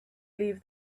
leave